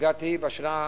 הגעתי בשנה,